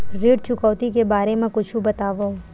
ऋण चुकौती के बारे मा कुछु बतावव?